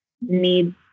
need